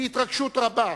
בהתרגשות רבה,